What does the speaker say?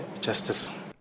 justice